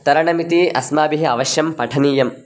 तरणमिति अस्माभिः अवश्यं पठनीयं